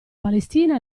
palestina